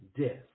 death